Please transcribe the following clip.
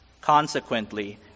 Consequently